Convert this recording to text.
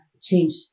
change